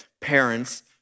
parents